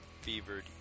fevered